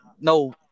no